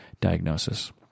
diagnosis